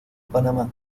panamá